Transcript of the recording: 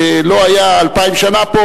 שלא היה אלפיים שנה פה,